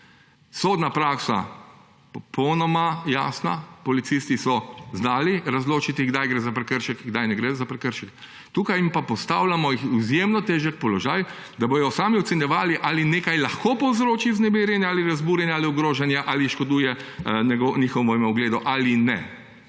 sodna praksa popolnoma jasna, policisti so znali razločiti, kdaj gre za prekršek in kdaj ne gre za prekršek. Tukaj pa jih postavljamo v izjemno težek položaj, da bojo sami ocenjevali, ali nekaj lahko povzroči vznemirjenje ali razburjenje ali ogrožanje ali škoduje njihovemu ugledu; ali ne.